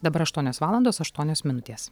dabar aštuonios valandos aštuonios minutės